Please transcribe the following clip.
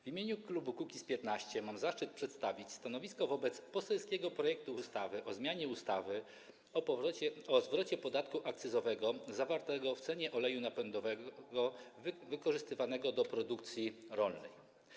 W imieniu klubu Kukiz’15 mam zaszczyt przedstawić stanowisko wobec poselskiego projektu ustawy o zmianie ustawy o zwrocie podatku akcyzowego zawartego w cenie oleju napędowego wykorzystywanego do produkcji rolnej.